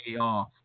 off